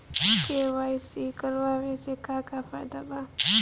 KYC करवला से का का फायदा बा?